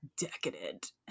decadent